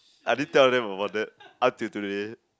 I didn't tell them about that up till today